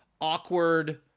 awkward